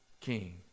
king